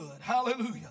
Hallelujah